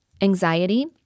anxiety